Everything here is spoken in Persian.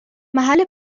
محل